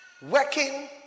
Working